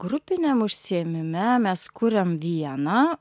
grupiniam užsiėmime mes kuriam vieną